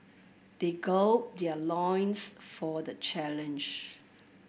they gird their loins for the challenge